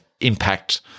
impact